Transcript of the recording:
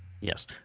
Yes